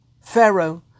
Pharaoh